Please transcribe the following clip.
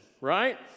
right